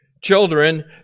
Children